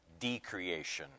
decreation